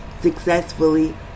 successfully